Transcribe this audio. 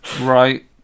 right